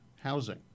housing